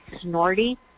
snorty